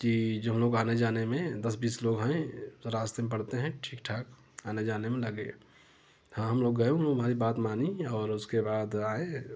की जो हम लोग आने जाने में दस बीस लोग हैं रास्ते में पड़ते हैं ठीक ठाक आने जाने में लगेगा हाँ हम लोग गए उन्होंने हमारी बात मानी और उसके बाद आए